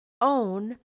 own